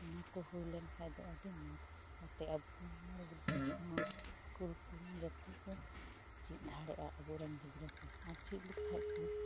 ᱚᱱᱟᱠᱚ ᱦᱩᱭᱞᱮᱱ ᱠᱷᱟᱱᱫᱚ ᱟᱹᱰᱤ ᱢᱚᱡᱽ ᱡᱟᱛᱮ ᱟᱵᱚᱨᱮᱱ ᱜᱤᱫᱽᱨᱟᱹ ᱠᱚᱦᱚᱸ ᱥᱠᱩᱞ ᱠᱚ ᱡᱟᱛᱮᱠᱚ ᱪᱮᱫ ᱫᱷᱟᱲᱮᱜᱼᱟ ᱟᱵᱚᱨᱮᱱ ᱜᱤᱫᱽᱨᱟᱹᱠᱚ ᱚᱱᱟ ᱪᱮᱫ ᱞᱮᱠᱷᱟᱱᱠᱚ